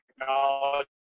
technology